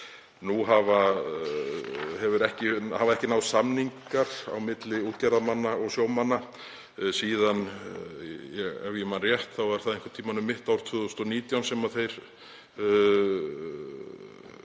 Það hafa ekki náðst samningar á milli útgerðarmanna og sjómanna, ef ég man rétt var það einhvern tímann um mitt ár 2019 sem fyrri